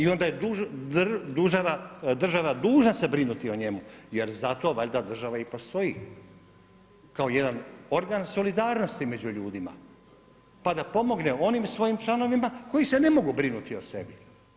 Onda je država dužna se brinuti o njemu, jer zato valjda država i postoji kao jedan organ solidarnosti među ljudima pa da pomogne onim svojim članovima koji se ne mogu brinuti o sebi.